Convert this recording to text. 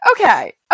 okay